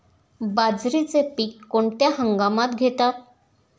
बाजरीचे पीक कोणत्या हंगामात घेतात?